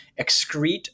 excrete